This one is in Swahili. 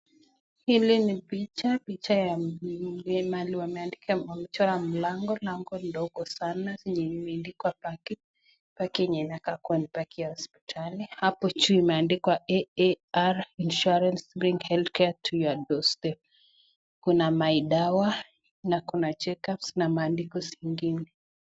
Hili ni picha, picha ya mzee mali... Wameandika ,Wamechora mlango, lango ndogo sana lenye limeandikwa baki. Bake yenye inakaa kuwa ni baki ya hospitali . Hapo juu imeandikwa AAR insurance bring health care to your door step kuna maidawa na kuna check ups na maandiko zingine.